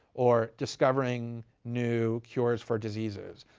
or discovering new cures for diseases,